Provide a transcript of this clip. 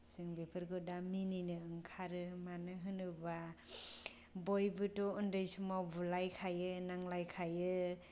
जों बेफोरखौ दा मिनिनो ओंखारो मानो होनोब्ला बयबोथ' उन्दै समाव बुलायखायो नांज्लायखायो